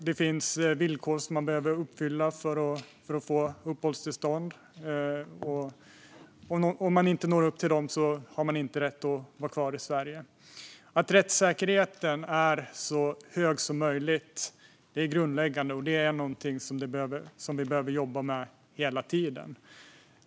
Det finns villkor som man behöver uppfylla för att få uppehållstillstånd. Om man inte når upp till dem har man inte rätt att vara kvar i Sverige. Att rättssäkerheten är så hög som möjligt är grundläggande. Det är någonting som vi behöver jobba med hela tiden.